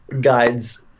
guides